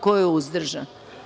Ko je uzdržan?